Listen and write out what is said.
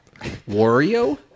Wario